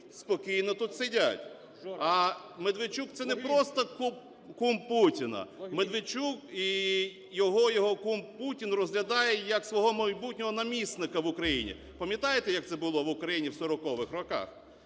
спокійно тут сидять. А Медведчук – це не просто кум Путіна, Медведчука його кум Путін розглядає як свого майбутнього намісника в Україні. Пам'ятаєте, як це було в Україні в 40-х роках?